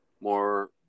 more